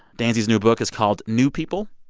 danzy's new book is called new people.